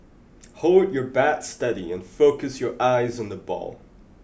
hold your bat steady and focus your eyes on the ball